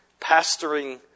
pastoring